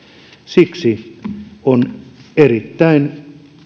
siksi on erittäin